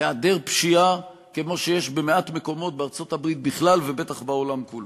היעדר פשיעה כמו שיש במעט מקומות בארצות-הברית בכלל ובטח בעולם כולו.